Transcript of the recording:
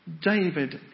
David